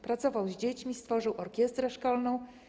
Pracował z dziećmi, stworzył orkiestrę szkolną.